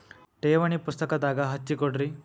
ಠೇವಣಿ ಪುಸ್ತಕದಾಗ ಹಚ್ಚಿ ಕೊಡ್ರಿ